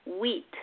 Wheat